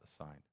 assigned